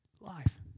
life